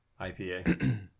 IPA